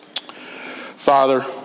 Father